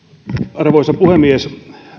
arvoisa puhemies